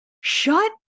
shut